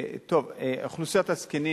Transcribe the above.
1. אוכלוסיית הזקנים